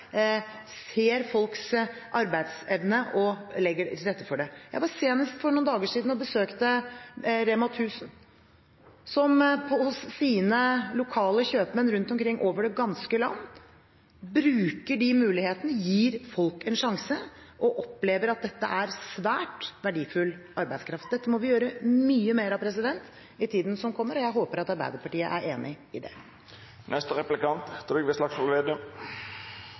ser folks arbeidsevne og legger til rette for det. Jeg var senest for noen dager siden og besøkte REMA 1000, som hos sine lokale kjøpmenn rundt omkring i det ganske land bruker de mulighetene, gir folk en sjanse og opplever at dette er svært verdifull arbeidskraft. Dette må vi gjøre mye mer av i tiden som kommer, og jeg håper at Arbeiderpartiet er enig i